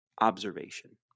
Observation